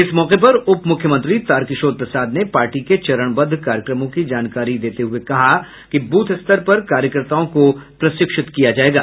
इस मौके पर उप मुख्यमंत्री तारकिशोर प्रसाद ने पार्टी के चरणबद्ध कार्यक्रमों की जानकारी देते हुए कहा कि ब्रथ स्तर पर कार्यकर्ताओं को प्रशिक्षित किया जाएगा